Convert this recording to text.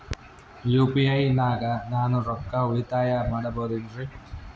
UPI ನಾಗ ನಾನು ರೊಕ್ಕ ಉಳಿತಾಯ ಮಾಡಬಹುದೇನ್ರಿ?